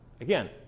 Again